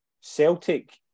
Celtic